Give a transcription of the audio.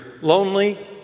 lonely